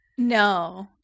No